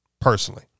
personally